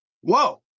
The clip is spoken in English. Whoa